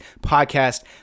podcast